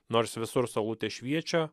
nors visur saulutė šviečia